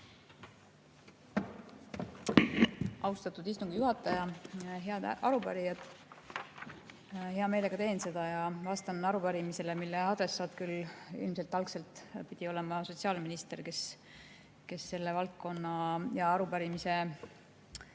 Austatud istungi juhataja! Head arupärijad! Hea meelega vastan arupärimisele, mille adressaat küll ilmselt algselt pidi olema sotsiaalminister, kes selle valdkonna ja arupärimise